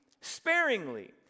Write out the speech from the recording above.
sparingly